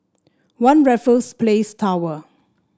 One Raffles Place Tower